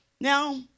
now